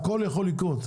הכל יכול לקרות,